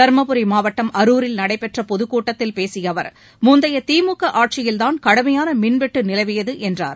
தர்மபுரி மாவட்டம் அரூரில் நடைபெற்ற பொதுக் கூட்டத்தில் பேசிய அவர் முந்தைய திமுக ஆட்சியில்தான் கடுமையான மின்வெட்டு நிலவியது என்றார்